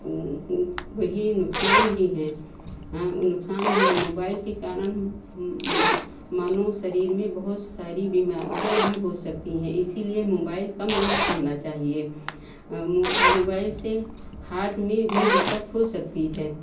वहीँ नुकसान भी हैं हाँ नुकसान भी मोबाइल के कारण मानों शरीर में बहुत सारी बीमारियाँ भी हो सकती हैं इसीलिए मोबाइल कम यूज़ करना चाहिए मो मोबाइल से हर्ट में भी दिक्कत हो सकती है